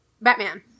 Batman